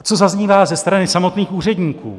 Co zaznívá ze strany samotných úředníků?